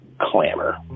clamor